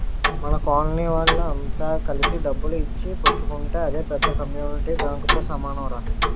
మన కోలనీ వోళ్ళె అంత కలిసి డబ్బులు ఇచ్చి పుచ్చుకుంటే అదే పెద్ద కమ్యూనిటీ బాంకుతో సమానంరా